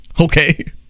Okay